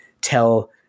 tell